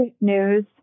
news